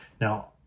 Now